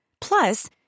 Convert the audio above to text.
Plus